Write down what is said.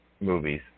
movies